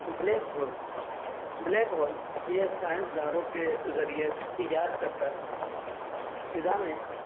black hole black hole یہ science دانوں کے ذریعے ایجاد کرتا فضا میں